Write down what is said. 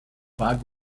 pack